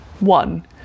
One